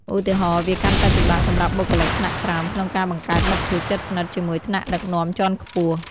ឧទាហរណ៍ វាកាន់តែពិបាកសម្រាប់បុគ្គលិកថ្នាក់ក្រោមក្នុងការបង្កើតមិត្តភាពជិតស្និទ្ធជាមួយថ្នាក់ដឹកនាំជាន់ខ្ពស់។